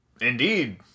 indeed